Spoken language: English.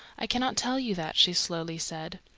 i cannot tell you that, she slowly said.